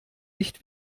nicht